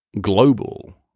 global